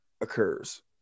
occurs